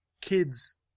kids